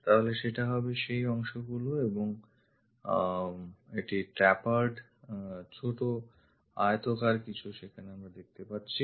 তাহলে সেটা হবে সেই অংশগুলি এবং একটি ট্রাপিজিয়াম জাতীয় ছোট আয়তাকার কিছু সেখানে আমরা দেখতে যাচ্ছি